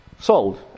sold